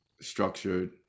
structured